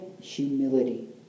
humility